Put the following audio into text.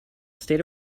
state